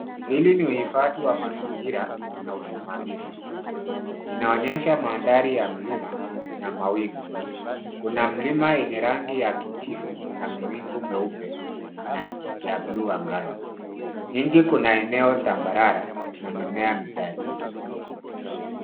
Hili ni uhifadhi wa mazingira na usimamizi. Inaonyesha mandhari ya mlima na mawingu. Kuna mlima enye rangi ya kijivu na mawingu meupe na ya bluu angani. Nje kuna eneo tambarare na mimea michache.